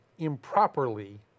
improperly